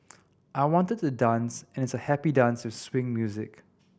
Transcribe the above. I wanted to dance and it's a happy dance with swing music